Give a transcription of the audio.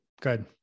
Good